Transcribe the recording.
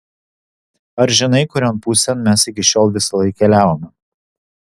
ar žinai kurion pusėn mes iki šiol visąlaik keliavome